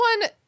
one